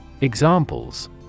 Examples